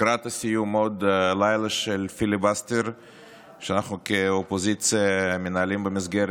לקראת הסיום של עוד לילה של פיליבסטר שאנחנו כאופוזיציה מנהלים במסגרת